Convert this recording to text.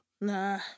Nah